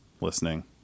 listening